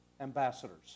ambassadors